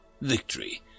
victory